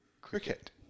cricket